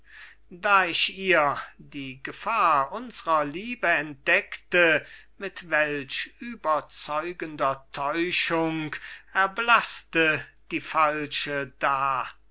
da ich ihr die gefahr unsrer liebe entdeckte mit welch überzeugender täuschung erblaßte die falsche da